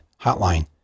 hotline